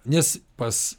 nes pas